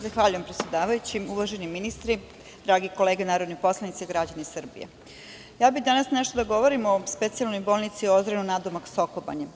Zahvaljujem predsedavajući, poštovani ministri, drage kolege narodni poslanici, građani Srbije, ja bih danas nešto da govorimo o specijalnoj bolnici Ozren nadomak Soko Banje.